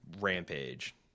rampage